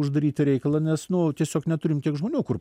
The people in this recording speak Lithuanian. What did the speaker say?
uždaryti reikalą nes nu tiesiog neturim tiek žmonių kur